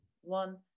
one